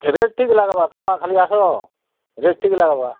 rate ଠିକ ଲାଗବା ତମେ ଖାଲି ଆସ ରେଟ୍ ଠିକ୍ ଲାଗବା